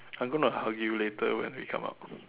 I'm going to hug you later when we come out